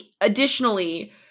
additionally